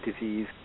disease